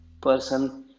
person